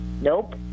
Nope